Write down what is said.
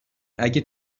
اگه